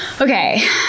Okay